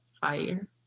fire